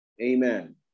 amen